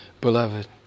beloved